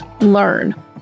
learn